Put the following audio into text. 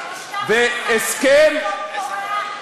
ספר שיש משטר של סנקציות על צפון-קוריאה,